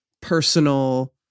personal